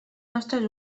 nostres